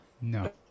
no